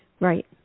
Right